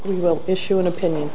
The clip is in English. we will issue an opinion